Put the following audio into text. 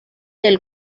del